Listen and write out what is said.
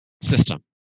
system